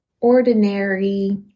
ordinary